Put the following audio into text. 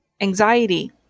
anxiety